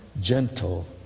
gentle